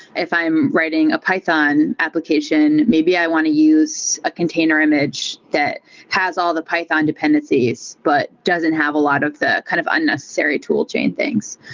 if i'm writing a python application, maybe i want to use a container image that has all the python dependencies, but doesn't have a lot of the kind of unnecessary tool chain things.